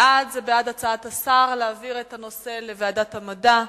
בעד זה בעד הצעת השר להעביר את הנושא לוועדת המדע.